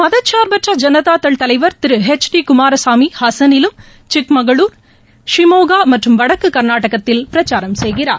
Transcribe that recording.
மதச்சார்பற்ற ஜனதாதள் தலைவர் திரு H D Kumaraswamy ஹசனிலும் சிக்மகளுர் Shimoga மற்றும் வடக்கு கள்நாடகத்தில் பிரச்சாரம் செய்கிறார்